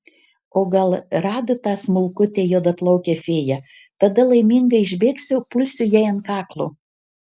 o gal rado tą smulkutę juodaplaukę fėją tada laiminga išbėgsiu pulsiu jai ant kaklo